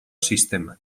sisteman